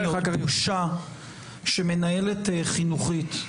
בושה שמנהלת חינוכית,